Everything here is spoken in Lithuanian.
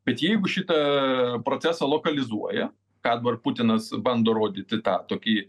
bet jeigu šitą procesą lokalizuoja ką dabar putinas bando rodyti tą tokį